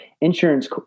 insurance